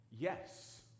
Yes